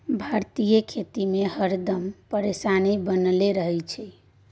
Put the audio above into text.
भारतीय खेती में हरदम परेशानी बनले रहे छै